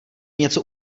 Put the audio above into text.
něco